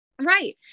Right